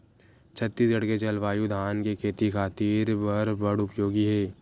छत्तीसगढ़ के जलवायु धान के खेती खातिर बर बड़ उपयोगी हे